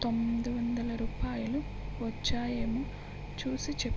తొమ్మిది వందల రూపాయలు వచ్చాయేమో చూసి చెప్పుము